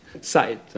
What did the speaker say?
site